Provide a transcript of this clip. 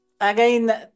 again